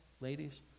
ladies